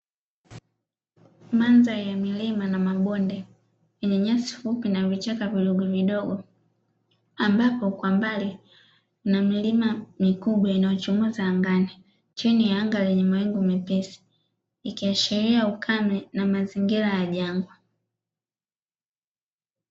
Madhari ya milima na mabonde lenye nyasi fupi na vichaka vidogovidogo, ambako kwa mbali na mlima mikubwa inayochunguza angani chini ya anga lenye malengo mepesi, ikiashiria ukame na mazingira ya jangwa.